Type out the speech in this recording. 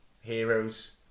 heroes